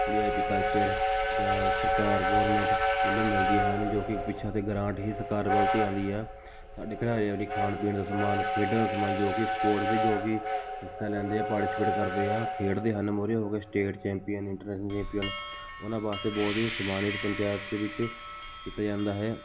we I P culture ਜਾਂ ਸਰਕਾਰ government ਵੱਲੋਂ ਮਿਲਦੀ ਹਨ ਜੋ ਕਿ ਪਿੱਛਾ ਤੋਂ ਗ੍ਰਾਂਟ ਹੀ ਸਰਕਾਰ ਵੱਲ ਤੋਂ ਆਉਂਦੀ ਆ ਸਾਡੇ ਖਿਡਾਰੀਆਂ ਲਈ ਖਾਣ ਪੀਣ ਦਾ ਸਮਾਨ ਖੇਡਾਂ ਦਾ ਸਮਾਨ ਜੋ ਕਿ ਸਪੋਰਟ ਵਿਚ ਜੋ ਕਿ ਹਿੱਸਾ ਲੈਂਦੇ ਆ ਪਾਰਟੀਸਪੇਟ ਕਰਦੇ ਆ ਖੇਡਦੇ ਹਨ ਮੋਹਰੇ ਹੋ ਕੇ ਸਟੇਟ ਚੈਂਪੀਅਨ ਇੰਟਰਨੈਸ਼ਨਲ ਚੈਂਪੀਅਨ ਉਹਨਾਂ ਵਾਸਤੇ ਬਹੁਤ ਹੀ ਸਮਾਨਿਤ ਪੰਚਾਇਤ ਦੇ ਵਿੱਚ ਕੀਤਾ ਜਾਂਦਾ ਹੈ